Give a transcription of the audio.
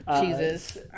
Jesus